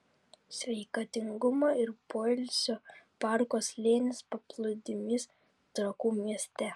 sveikatingumo ir poilsio parko slėnis paplūdimys trakų mieste